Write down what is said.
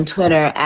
Twitter